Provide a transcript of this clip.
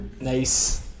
Nice